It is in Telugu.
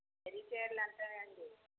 జరీ చీరలు ఎంత ఉన్నాయండి